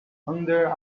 under